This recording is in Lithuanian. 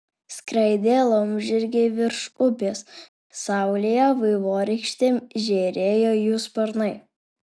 skraidė laumžirgiai virš upės saulėje vaivorykštėm žėrėjo jų sparnai